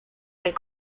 and